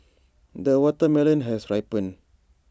the watermelon has ripened